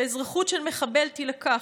שאזרחות של מחבל תילקח,